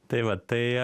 tai vat tai